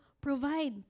provide